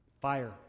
Fire